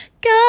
god